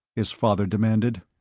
his father demanded.